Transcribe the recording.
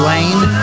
Lane